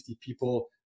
people